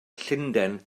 llundain